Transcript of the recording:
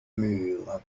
mur